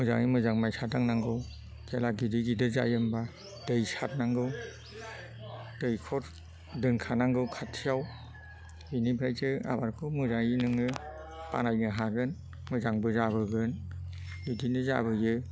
मोजाङै मोजां माइसा दांनांगौ जेला गिदिर गिदिर जायो होमबा दै सारनांगौ दैख'र दोनखानांगौ खाथियाव बिनिफ्रायसो आबादखौ मोजाङै नोङो बानायनो हागोन मोजांबो जाबोगोन बिदिनो जाबोयो